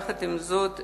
יחד עם זאת,